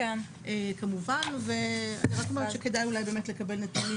אני רק אומרת שכדאי אולי באמת לקבל נתונים